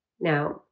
Now